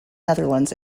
netherlands